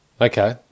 Okay